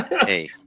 Hey